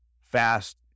fast